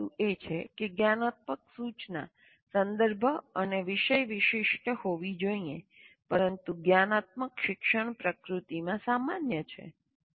પ્રથમ વસ્તુ એ છે કે જ્ઞાનાત્મક સૂચના સંદર્ભ અને વિષય વિશિષ્ટ હોવી જોઈએ પરંતુ જ્ઞાનત્મક શિક્ષણ પ્રકૃતિમાં સામાન્ય છે